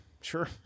sure